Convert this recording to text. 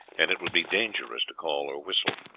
and it would be dangerous to call or whistle.